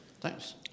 Thanks